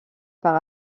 par